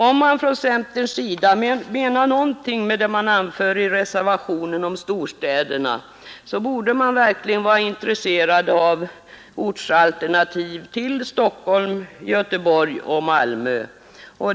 Om centern menar någonting med det man anför i reservationen om storstäderna, borde man verkligen vara intresserad av ortsalternativ till Stockholm, Göteborg och Malmö.